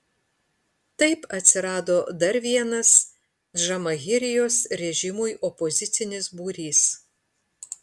taip atsirado dar vienas džamahirijos režimui opozicinis būrys